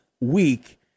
week